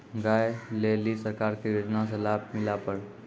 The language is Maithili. गाय ले ली सरकार के योजना से लाभ मिला पर?